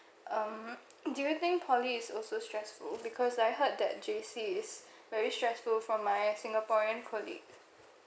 um do you think poly is also stressful because I heard that J_C is very stressful from my singaporean colleague